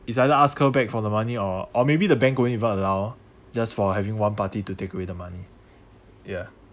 is either ask her back for the money or or maybe the bank don't even allow just for having one party to take away the money ya